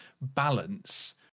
balance